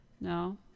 No